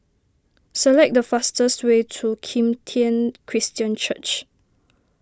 select the fastest way to Kim Tian Christian Church